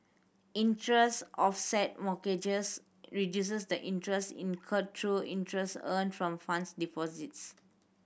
interest offset mortgages reduces the interest incurred through interest earned from funds deposits